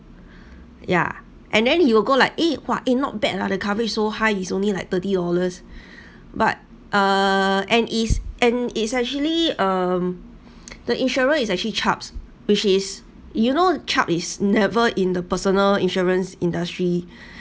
ya and then he will go like eh !wah! eh not bad lah the coverage so high is only like thirty dollars but uh and it's and it's actually um the insurer is actually chubbs which is you know chubbs is never in the personal insurance industry